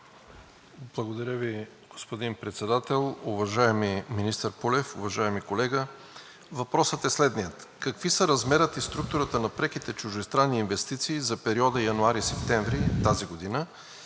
Благодаря Ви, господин Председател. Уважаеми министър Пулев, уважаеми колега! Въпросът е следният: какви са размерът и структурата на преките чуждестранни инвестиции за периода януари – септември тази година?